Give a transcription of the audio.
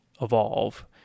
evolve